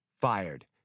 fired